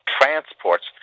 Transports